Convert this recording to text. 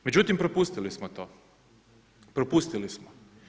Međutim propustili smo to, propustili smo.